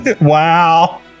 wow